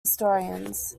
historians